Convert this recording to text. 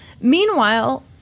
Meanwhile